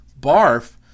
Barf